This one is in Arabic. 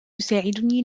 يساعدني